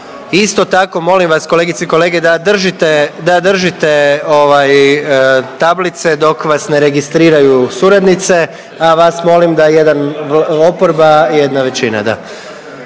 Isto tako molim vas kolegice i kolege da držite tablice dok vas ne registriraju suradnice, a vas molim da jedan oporba, jedna većina